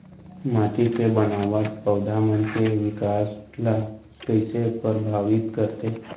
माटी के बनावट पौधा मन के बिकास ला कईसे परभावित करथे